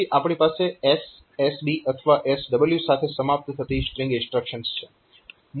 પછી આપણી પાસે S SB અથવા SW સાથે સમાપ્ત થતી સ્ટ્રીંગ ઇન્સ્ટ્રક્શન્સ છે